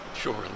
sure